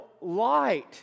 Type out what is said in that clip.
light